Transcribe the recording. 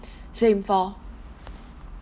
same four